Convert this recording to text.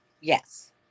Yes